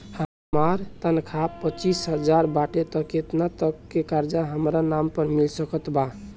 हमार तनख़ाह पच्चिस हज़ार बाटे त केतना तक के कर्जा हमरा नाम पर मिल सकत बा?